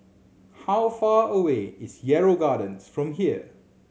how far away is Yarrow Gardens from here